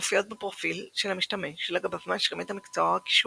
מופיעות בפרופיל של המשתמש שלגביו מאשרים את המקצוע או הכישורים,